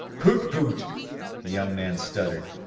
pootpoot, the young man stuttered,